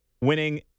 winning